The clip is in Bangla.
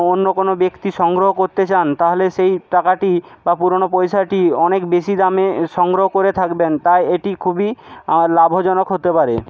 অন্য কোনো ব্যক্তি সংগ্রহ করতে চান তাহলে সেই টাকাটি বা পুরোনো পয়সাটি অনেক বেশি দামে সংগ্রহ করে থাকবেন তাই এটি খুবই লাভজনক হতে পারে